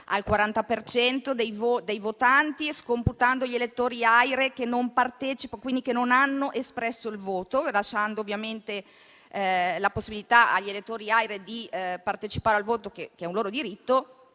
cento dei votanti, scomputando gli elettori AIRE, che non hanno espresso il voto. Lasciando ovviamente la possibilità agli elettori AIRE di partecipare al voto, che è un loro diritto,